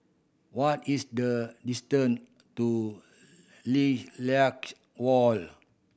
what is the distance to Lilac Walk